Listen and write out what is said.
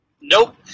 Nope